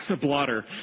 blotter